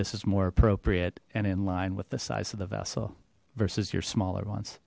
this is more appropriate and in line with the size of the vessel versus your smaller ones